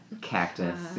Cactus